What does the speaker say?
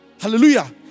Hallelujah